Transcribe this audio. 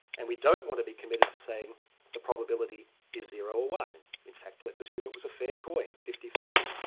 and we don't want to be committed to saying the probability is zero or one, and in fact let's assume it was a fair coin, fifty fifty.